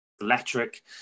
electric